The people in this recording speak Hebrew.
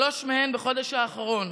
שלוש מהן בחודש האחרון.